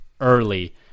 early